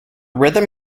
rhythm